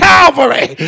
Calvary